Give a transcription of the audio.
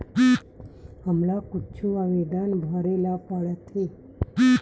हमला कुछु आवेदन भरेला पढ़थे?